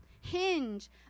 hinge